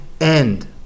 end